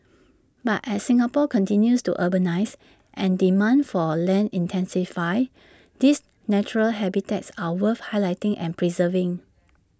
but as Singapore continues to urbanise and demand for land intensifies these natural habitats are worth highlighting and preserving